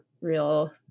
real